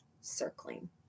circling